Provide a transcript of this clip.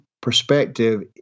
perspective